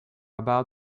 about